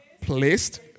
placed